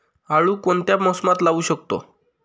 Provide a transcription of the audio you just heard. आळू कोणत्या मोसमात लावू शकतो?